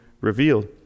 revealed